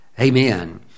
amen